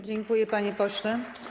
Dziękuję, panie pośle.